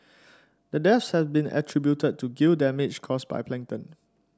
the deaths have been attributed to gill damage caused by plankton